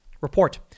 report